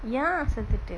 ya செத்துட்டு:sethutu